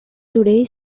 today